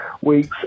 weeks